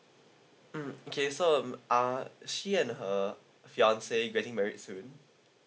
mm okay so um are she and her fiance getting married soon